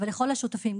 לכל השותפים,